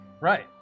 Right